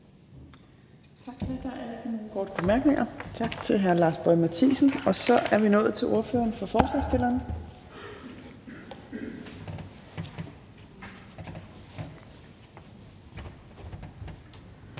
Tak til hr. Lars Boje Mathiesen. Så er vi nået til ordføreren for forslagsstillerne,